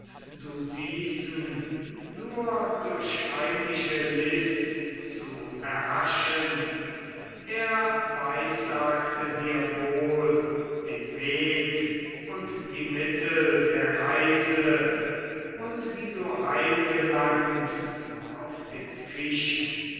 du diesen nur durch heimliche list zu erhaschen er weissagte dir wohl den weg und die mittel der reise und wie du heimgelangst auf dem